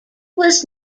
was